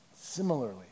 Similarly